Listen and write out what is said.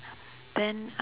then uh